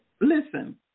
listen